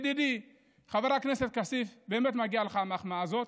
ידידי חבר הכנסת כסיף, באמת מגיעה לך המחמאה הזאת.